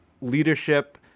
leadership